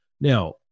Now